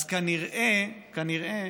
אז כנראה